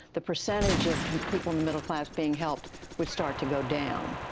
the percentage of people in the middle class being helped will start to go down.